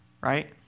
right